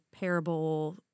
parable